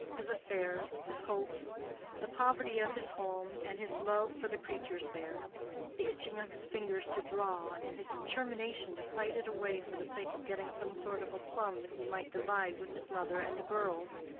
his affairs, his hopes the poverty of his home, and his love for the creatures there the itching of his fingers to draw, and his determination to fight it away for the sake of getting some sort of a plum that he might divide with his mother and the girls.